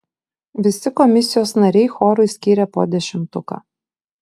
visi komisijos nariai chorui skyrė po dešimtuką